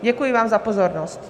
Děkuji vám za pozornost.